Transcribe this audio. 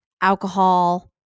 alcohol –